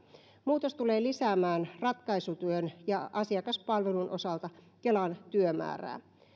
muutos tulee lisäämään ratkaisutyön ja asiakaspalvelun osalta kelan työmäärää